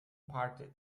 parted